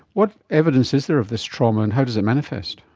what evidence is there of this trauma and how does it manifest?